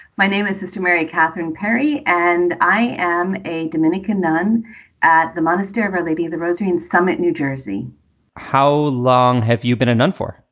my name is sister mary katherine perry and i am a dominican nun at the monastery. really be the rosary in summit, new jersey how long have you been a nun for?